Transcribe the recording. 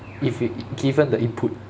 if you given the input